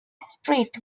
street